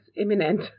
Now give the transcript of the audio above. imminent